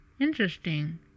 interesting